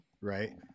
Right